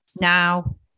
Now